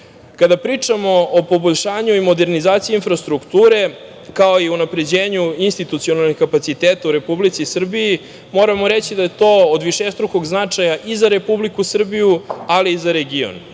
pričamo o poboljšanju i modernizaciji infrastrukture, kao i unapređenju institucionalnih kapaciteta u Republici Srbiji, moramo reći da je to od višestrukog značaja i za Republiku Srbiju, ali i za region. Jedan